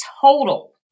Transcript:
total